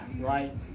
right